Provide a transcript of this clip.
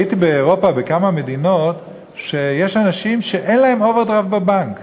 הייתי באירופה בכמה מדינות שיש אנשים שאין להם אוברדרפט בבנק.